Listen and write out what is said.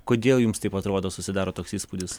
kodėl jums taip atrodo susidaro toks įspūdis